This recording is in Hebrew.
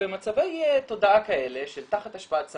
ובמצבי תודעה כאלה של תחת השפעת סמים,